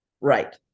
Right